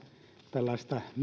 tällaista